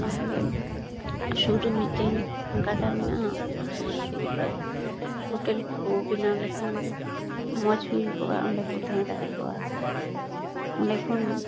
ᱟᱞᱮ ᱥᱩᱨ ᱨᱮ ᱢᱤᱫᱴᱤᱝ ᱜᱟᱰᱟ ᱢᱮᱱᱟᱜᱼᱟ ᱚᱱᱟ ᱥᱩᱨ ᱨᱮ ᱦᱚᱴᱮᱞ ᱠᱚ ᱵᱮᱱᱟᱣ ᱞᱮᱠᱷᱟᱱ ᱢᱚᱡ ᱦᱩᱭ ᱠᱚᱜᱼᱟ ᱚᱸᱰᱮ ᱠᱚ ᱛᱟᱦᱮᱸ ᱫᱟᱲᱮ ᱠᱚᱜᱼᱟ ᱚᱸᱰᱮ ᱠᱷᱚᱱ